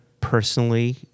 personally